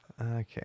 Okay